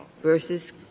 versus